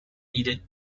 needed